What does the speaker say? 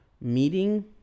meeting